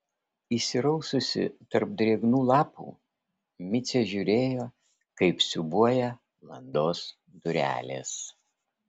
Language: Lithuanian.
įsiraususi tarp drėgnų lapų micė žiūrėjo kaip siūbuoja landos durelės